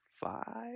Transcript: Five